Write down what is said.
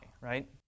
right